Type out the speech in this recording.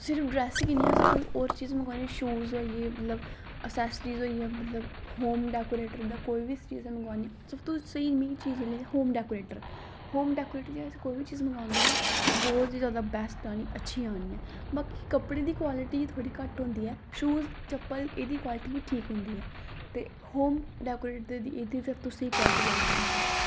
सिर्फ ड्रेस गै नेईं असैं कोई होर चीज मंगवानी हो शूज होइये मतलव एक्सेसरीज होइये मतलब होम डेकोरेटर दा कोई बी चीज मंवानी सब तो स्हेई मिगी चीज होम डेकोरेटर होम डेकेरेटर दी अस कोई बी चीज मंगागे ना ओह् बोह्त ही जैदा बैस्ट आनी अच्छी आनी ऐ बाकि कपड़े दी क्वालिटी थोह्ड़ी घट्ट होंदी ऐ शूज चप्पल एह्दी क्वालिटी बी ठीक होंदी ऐ ते होम डेकोरेट दी एह्दी सबतो स्हेई क्वालिटी लगदी मिगी